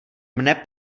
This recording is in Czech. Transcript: mne